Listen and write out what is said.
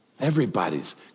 Everybody's